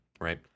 right